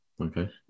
Okay